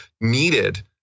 needed